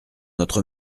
notre